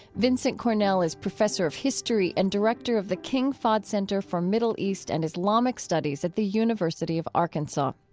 vincent cornell is professor of history and director of the king fahd center for middle east and islamic studies at the university of arkansas.